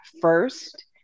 first